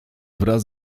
wraz